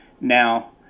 Now